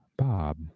Bob